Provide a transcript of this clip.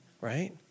Right